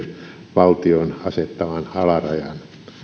valtion asettaman alarajan